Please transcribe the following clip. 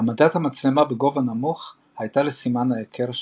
העמדת המצלמה בגובה נמוך הייתה לסימן היכר שלו.